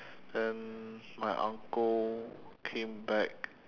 and my uncle came back